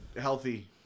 healthy